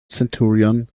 centurion